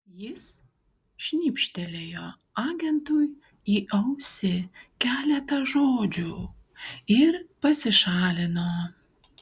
jis šnibžtelėjo agentui į ausį keletą žodžių ir pasišalino